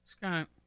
Scott